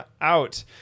out